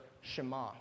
shema